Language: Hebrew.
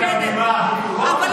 מופקדת, אני לא רואה טלוויזיה.